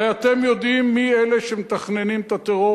הרי אתם יודעים מי אלה שמתכננים את הטרור